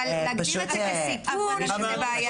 אבל להגדיר את זה כסיכון זה בעייתי.